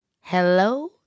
Hello